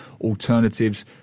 alternatives